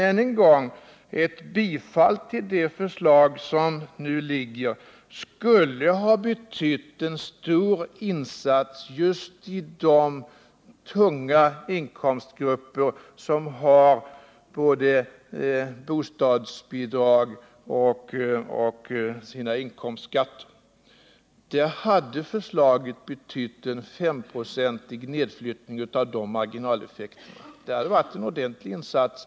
Men ett bifall till det förslag som nu föreligger skulle ha betytt en stor insats just i de tunga inkomstgrupper som har marginaleffekter i både bostadsbidrag och inkomstskatter. Förslaget hade betytt en femprocentig nedflyttning av marginaleffekterna för dem. Det hade varit en ordentlig insats.